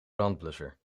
brandblusser